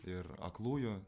ir aklųjų